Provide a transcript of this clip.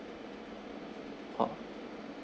oh